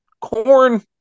corn